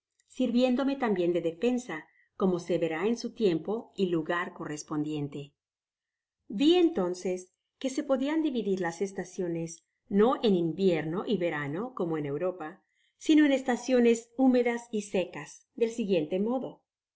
sirviéndome tambien de defensa como se verá en su tiempo y lugar correspondiente yi entonces que se podian dividir las estaciones no eu invierno y verano como en europa sino en estaciones hú medas y secas del siguiente modo